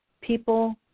People